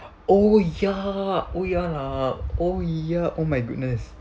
oh ya oh ya lah oh ya oh my goodness